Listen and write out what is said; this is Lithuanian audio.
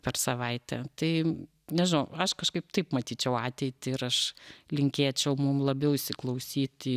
per savaitę tai nežinau aš kažkaip taip matyčiau ateitį ir aš linkėčiau mum labiau įsiklausyti